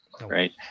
right